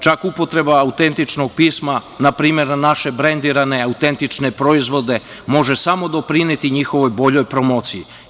Čak upotreba autentičnog pisma npr. naše brendirane autentične proizvode može samo doprineti njihovoj boljoj promociji.